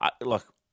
Look